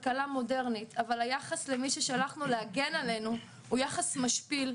כלכלה מודרנית אבל היחס למי ששלחנו להגן עלינו הוא יחס משפיל,